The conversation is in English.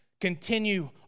continue